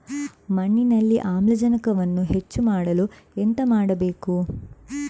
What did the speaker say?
ಮಣ್ಣಿನಲ್ಲಿ ಆಮ್ಲಜನಕವನ್ನು ಹೆಚ್ಚು ಮಾಡಲು ಎಂತ ಮಾಡಬೇಕು?